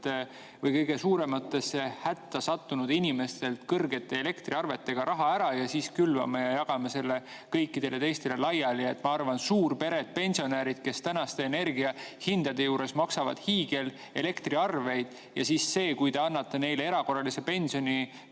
täna kõige suuremasse hätta sattunud inimestelt kõrgete elektriarvetega raha ära ja siis külvame ja jagame selle kõikidele teistele laiali. Ma arvan, et suurpered, pensionärid, kes tänaste energiahindade juures maksavad hiigelelektriarveid, ja kui te siis annate neile erakorralise pensionitõusu